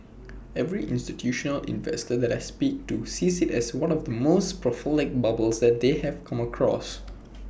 every institutional investor that I speak to sees IT as one of the most prolific bubbles as that they've come across